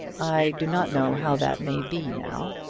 i do not know how that may be now,